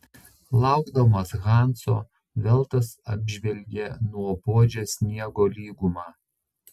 laukdamas hanso veltas apžvelgė nuobodžią sniego lygumą